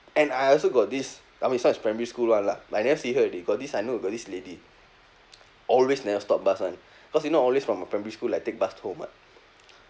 and I also got this I mean this [one] is primary school lah lah but I never see her already got this I know got this lady always never stop bus [one] cause you know always from a primary school I take bus home [what]